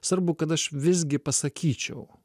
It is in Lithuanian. svarbu kad aš visgi pasakyčiau